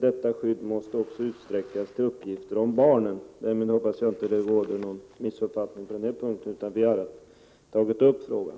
Detta skydd måste också utsträckas till uppgifter om barnen.” Därmed hoppas jag att det inte råder någon missuppfattning. Vi har alltså tagit upp frågan.